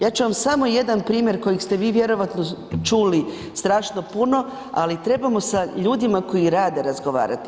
Ja ću vam samo jedan primjer kojeg ste vi vjerojatno čuli strašno puno, ali trebao sa ljudima koji rade razgovarati.